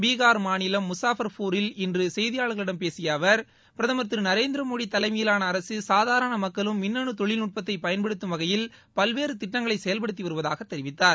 பீகார் மாநிலம் முசாபர்பூரில் இன்று செய்தியாளர்களிடம் பேசிய அவர் பிரதமர் திரு நரேந்திர மோடி தலைமையிலான அரசு சாதாரண மக்களும் மின்னணு தொழில்நட்பத்தை பயன்படுத்தம் வகையில் பல்வேறு திட்டங்களை செயல்படுத்தி வருவதாக தெரிவித்தார்